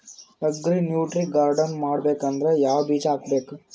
Agri nutri garden ಮಾಡಬೇಕಂದ್ರ ಯಾವ ಬೀಜ ಹಾಕಬೇಕು?